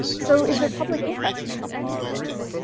so is there public interest in something like this?